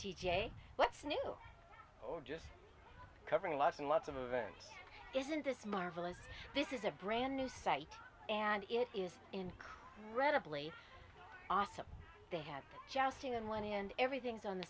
j what's new or just covering lots and lots of events isn't this marvelous this is a brand new site and it is incredibly awesome they had just seen and went and everything's on the